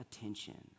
attention